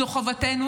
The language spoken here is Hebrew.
זו חובתנו.